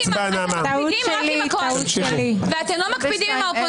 מי נמנע?